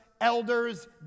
elders